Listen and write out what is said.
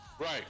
Right